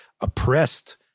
oppressed